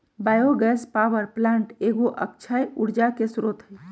bio gas power plant एगो अक्षय ऊर्जा के स्रोत हइ